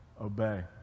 obey